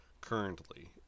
currently